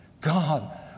God